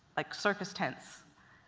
like circus tents,